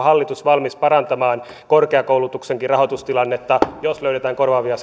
hallitus valmis parantamaan korkeakoulutuksenkin rahoitustilannetta jos löydetään korvaavia